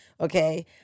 okay